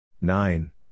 Nine